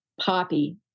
poppy